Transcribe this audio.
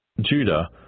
Judah